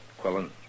Quillen